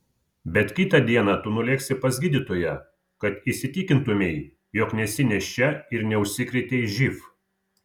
bet kitą dieną tu nulėksi pas gydytoją kad įsitikintumei jog nesi nėščia ir neužsikrėtei živ